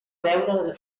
veure